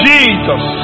Jesus